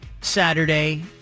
Saturday